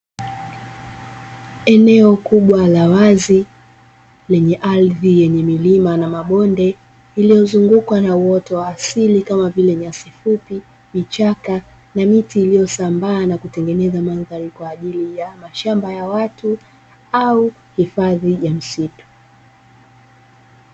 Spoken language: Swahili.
Eneo kubwa la wazi lenye ardhi yenye milima na mabonde lililozungukwa na uoto wa asili, unaojumuisha nyasi fupi, vichaka na miti uliyosambaa kwa ajili ya kutengeneza mandhari kwa ajili ya mashamba ya watu au uhifadhi wa misitu.